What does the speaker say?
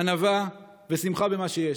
ענווה ושמחה במה שיש.